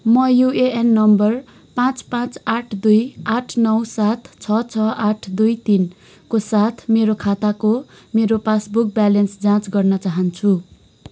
म UAN number पाचँ पाचँ आठ दुई आठ नौ सात छ छ आठ दुई तिन को साथ मेरो खाताको मेरो पासबुक ब्यालेन्स जाँच गर्न चाहन्छु